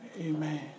Amen